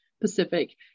Pacific